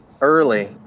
early